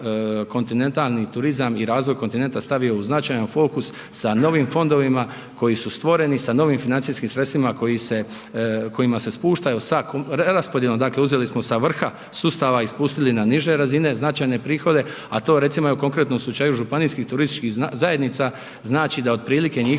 kontinentalni turizam i razvoj kontinenta stavio u značajan fokus sa novim fondovima koji su stvoreni, sa novim financijskim sredstvima koji se, kojima se spušta, sa raspodjelom dakle uzeli smo sa vrha sustava i spustili na niže razine značajne prihode, a to recimo evo konkretno u slučaju županijskih turističkih zajednica znači da otprilike njihovi